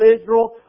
Israel